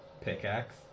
Pickaxe